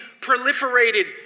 proliferated